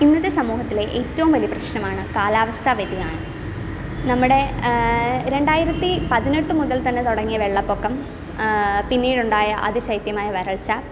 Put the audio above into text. ഇന്നത്തെ സമൂഹത്തിലെ ഏറ്റവും വലിയ പ്രശ്നമാണ് കാലാവസ്ഥ വ്യതിയാനം നമ്മുടെ രണ്ടായിരത്തി പതിനെട്ട് മുതൽ തന്നെ തുടങ്ങിയ വെള്ളപ്പൊക്കം പിന്നീട് ഉണ്ടായ അതിശയിത്യമായ വരൾച്ച